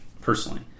personally